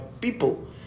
People